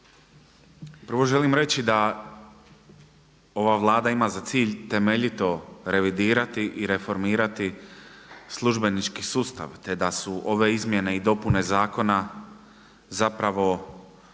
Prvo želim reći da ova Vlada ima za cilj temeljito revidirati i reformirati službenički sustav, te da su ove izmjene i dopune zakona zapravo